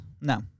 No